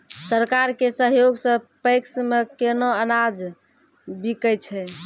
सरकार के सहयोग सऽ पैक्स मे केना अनाज बिकै छै?